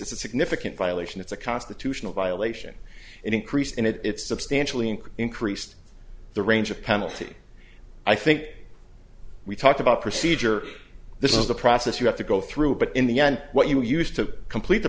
it's a significant violation it's a constitutional violation an increase and it's substantially in increased the range of penalty i think we talked about procedure this is the process you have to go through but in the end what you used to complete the